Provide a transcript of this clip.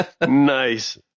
Nice